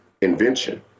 Invention